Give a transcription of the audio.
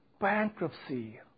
bankruptcy